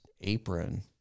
apron